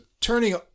turning